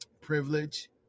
privilege